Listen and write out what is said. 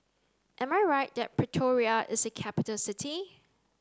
am I right that Pretoria is a capital city